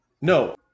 No